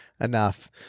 enough